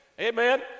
Amen